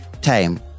time